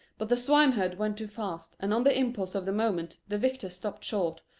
but the swineherd went too fast, and on the impulse of the moment the victor stopped short,